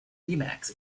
emacs